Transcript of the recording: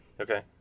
Okay